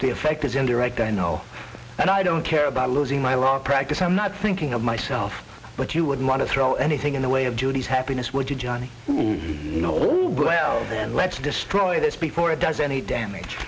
the effect is indirect i know and i don't care about losing my law practice i'm not thinking of myself but you wouldn't want to throw anything in the way of judy's happiness would you johnny you know well then let's destroy this before it does any damage